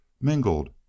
mingled